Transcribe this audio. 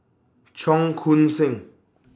Cheong Koon Seng